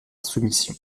soumission